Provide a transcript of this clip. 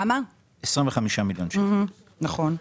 נכון.